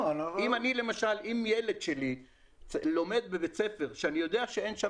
אם ילד שלי לומד בבית ספר שאני יודע שאין שם